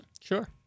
sure